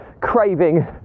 craving